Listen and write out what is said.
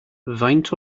faint